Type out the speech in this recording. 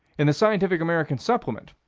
in the scientific american supplement,